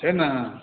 छै ने